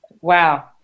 Wow